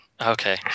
Okay